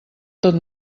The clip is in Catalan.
tot